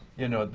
you know,